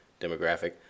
demographic